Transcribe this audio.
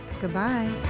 Goodbye